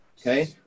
okay